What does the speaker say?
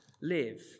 Live